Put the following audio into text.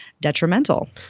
detrimental